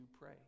pray